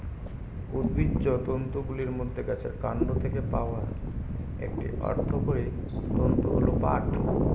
উদ্ভিজ্জ তন্তুগুলির মধ্যে গাছের কান্ড থেকে পাওয়া একটি অর্থকরী তন্তু হল পাট